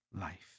life